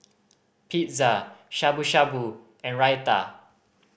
Pizza Shabu Shabu and Raita